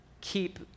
keep